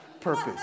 purpose